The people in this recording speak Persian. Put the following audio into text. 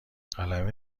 قلمه